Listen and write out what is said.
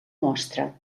mostra